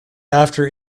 after